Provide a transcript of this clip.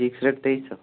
fix rate ତେଇଶଶହ